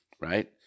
right